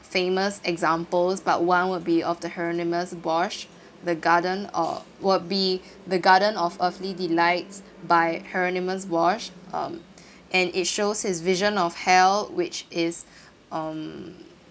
famous examples but one would be of the hieronymus bosch the garden of worldly the garden of earthly delights by hieronymus bosch um and it shows his vision of hell which is um